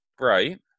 Right